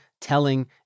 telling